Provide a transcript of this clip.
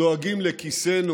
דואגים לכיסנו.